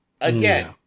again